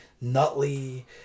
Nutley